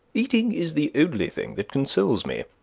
eating is the only thing that consoles me.